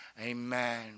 amen